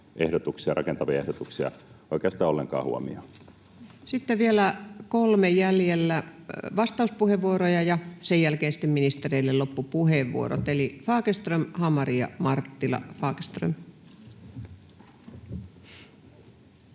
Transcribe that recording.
rakentavia ehdotuksia, oikeastaan ollenkaan huomioon. Vielä kolme vastauspuheenvuoroa jäljellä, ja sen jälkeen sitten ministereille loppupuheenvuorot. Eli Fagerström, Hamari ja Marttila.